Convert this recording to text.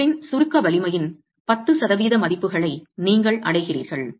பொருளின் சுருக்க வலிமையின் 10 சதவீத மதிப்புகளை நீங்கள் அடைகிறீர்கள்